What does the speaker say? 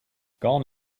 gone